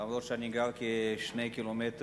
אף-על-פי שאני גר 2 ק"מ